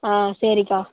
ஆ சரிக்கா